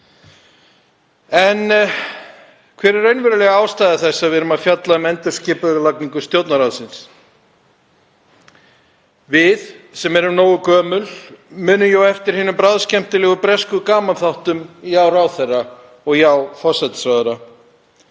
En hver er raunveruleg ástæða þess að við erum að fjalla um endurskipulagningu Stjórnarráðsins? Við sem erum nógu gömul munum eftir hinum bráðskemmtilegu bresku gamanþáttum Já, ráðherra og Já, forsætisráðherra